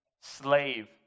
Slave